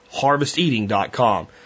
HarvestEating.com